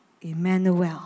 Emmanuel